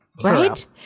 Right